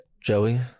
Joey